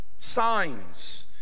Signs